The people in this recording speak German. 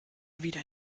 wieder